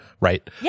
right